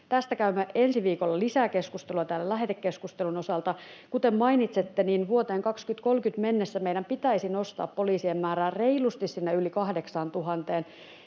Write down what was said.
Tästä käymme ensi viikolla lisää keskustelua täällä lähetekeskustelun osalta. Kuten mainitsette, vuoteen 2030 mennessä meidän pitäisi nostaa poliisien määrää reilusti sinne